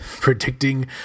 predicting